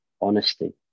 honesty